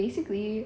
basically